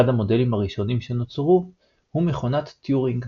אחד המודלים הראשונים שנוצרו הוא מכונת טיורינג,